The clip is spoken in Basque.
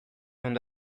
ondo